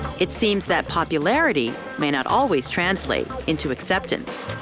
it seems that popularity may not always translate into acceptance,